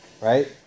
right